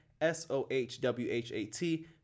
S-O-H-W-H-A-T